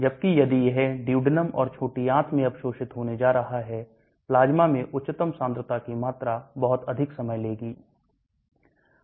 जबकि यदि यह duodenum और छोटी आंत में अवशोषित होने जा रहा है प्लाज्मा में उच्चतम सांद्रता की मात्रा बहुत अधिक समय लेगी